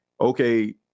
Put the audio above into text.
okay